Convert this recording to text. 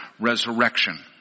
resurrection